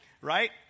right